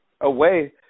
away